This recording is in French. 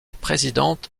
présidente